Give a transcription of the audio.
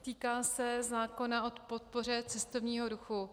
Týká se zákona o podpoře cestovního ruchu.